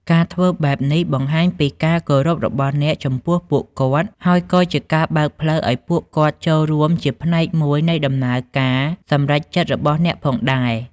ការធ្វើបែបនេះបង្ហាញពីការគោរពរបស់អ្នកចំពោះពួកគាត់ ហើយក៏ជាការបើកផ្លូវឱ្យពួកគាត់ចូលរួមជាផ្នែកមួយនៃដំណើរការសម្រេចចិត្តរបស់អ្នកផងដែរ។